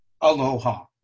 aloha